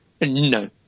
No